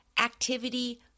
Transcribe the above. activity